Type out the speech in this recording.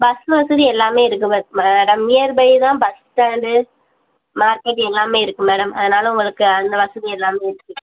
bus வசதி எல்லாமே இருக்குது மே மேடம் நியர்பை தான் பஸ் ஸ்டாண்டு மார்க்கெட் எல்லாமே இருக்குது மேடம் அதனாலே உங்களுக்கு அந்த வசதி எல்லாமே இருக்குது